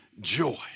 joy